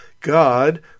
God